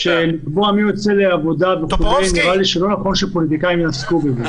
שלקבוע מי יוצא לעבודה וכו' נראה לי לא נכון שפוליטיקאים יעסקו בזה.